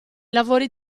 lavori